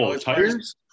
tires